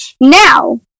Now